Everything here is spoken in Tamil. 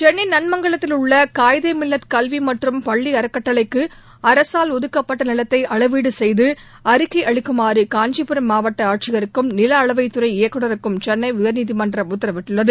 சென்னை நன்மங்கலத்தில் உள்ள காயிதே மில்லத் கல்வி மற்றும் பள்ளி அறக்கட்டளைக்கு அரசால் ஒதுக்கப்பட்ட நிலத்தை அளவீடு செய்து அறிக்கை அளிக்குமாறு காஞ்சிபுரம் மாவட்ட ஆட்சியருக்கும் நிலஅளவைத் துறை இயக்குநருக்கும் சென்னை உயா்நீதிமன்றம் உத்தரவிட்டுள்ளது